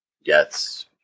yes